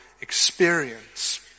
experience